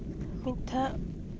ᱢᱤᱫ ᱫᱷᱟᱣ